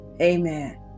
Amen